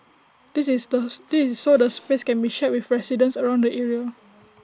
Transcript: this is those this is so the space can be shared with residents around the area